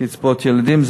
קצבאות ילדים.